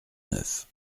neuf